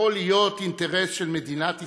יכול להיות אינטרס של מדינת ישראל,